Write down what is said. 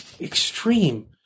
extreme